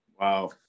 wow